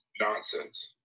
nonsense